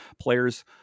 players